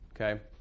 Okay